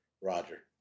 Roger